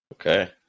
Okay